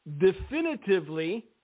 definitively